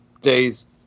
days